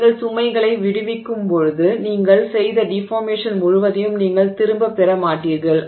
நீங்கள் சுமைகளை விடுவிக்கும்போது நீங்கள் செய்த டிஃபார்மேஷன் முழுவதையும் நீங்கள் திரும்பப் பெற மாட்டீர்கள்